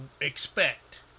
expect